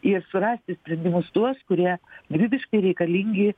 ir surasti sprendimus tuos kurie gyvybiškai reikalingi